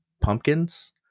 pumpkins